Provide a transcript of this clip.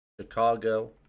Chicago